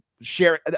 share